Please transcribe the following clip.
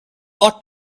ought